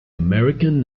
american